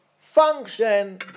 function